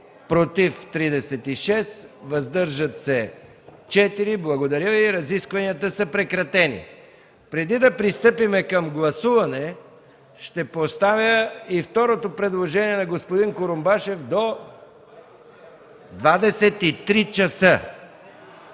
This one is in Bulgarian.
против 36, въздържали се 4. Разискванията са прекратени. Преди да пристъпим към гласуване ще поставя и второто предложение на господин Курумбашев – за